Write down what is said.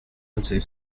unsafe